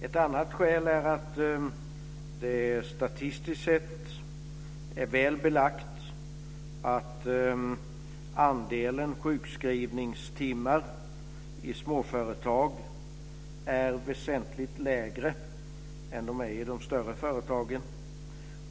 Ett annat skäl är att det statistiskt sett är väl belagt att andelen sjukskrivningstimmar i småföretag är väsentligt lägre än i de större företagen.